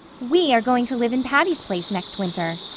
we are going to live in patty's place next winter,